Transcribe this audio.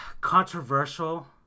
Controversial